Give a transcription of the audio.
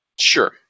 Sure